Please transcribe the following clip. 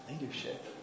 leadership